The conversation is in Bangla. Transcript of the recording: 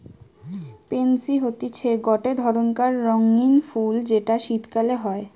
পেনসি হতিছে গটে ধরণকার রঙ্গীন ফুল যেটা শীতকালে হই